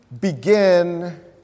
begin